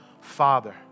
Father